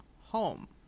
home